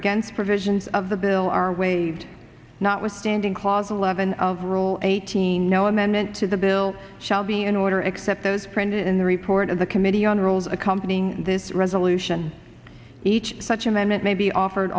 against provisions of the bill are waived notwithstanding clause eleven of rule eighteen no amendment to the bill shall be in order except those printed in the report of the committee on rules accompanying this resolution each such and then it may be offered